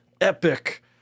epic